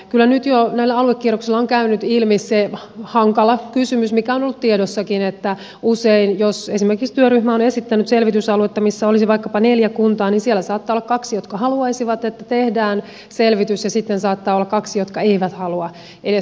kyllä nyt jo näillä aluekierroksilla on käynyt ilmi se hankala kysymys mikä on ollut tiedossakin että usein jos esimerkiksi työryhmä on esittänyt selvitysaluetta jossa olisi vaikkapa neljä kuntaa niin siellä saattaa olla kaksi jotka haluaisivat että tehdään selvitys ja sitten saattaa olla kaksi jotka eivät halua edes selvittäjää